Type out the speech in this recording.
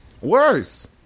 Worse